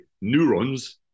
neurons